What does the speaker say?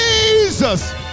Jesus